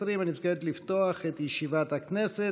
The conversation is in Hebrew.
את ישיבת הכנסת.